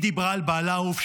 היא דיברה על בעלה האהוב,